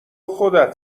خودت